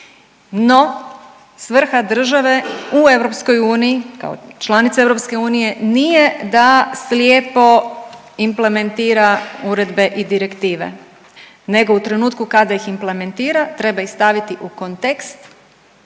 No, svrha države u EU kao članica EU nije da slijepo implementira uredbe i direktive, nego u trenutku kada ih implementira treba ih staviti u kontekst